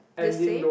the same